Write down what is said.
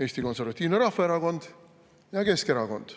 Eesti Konservatiivne Rahvaerakond ja Keskerakond.